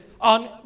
on